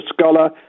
scholar